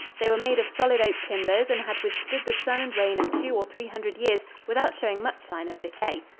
they were made of solid oak timbers and had withstood the sun and rain of two or three hundred years without showing much sign of decay.